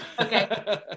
Okay